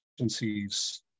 Agencies